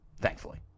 Thankfully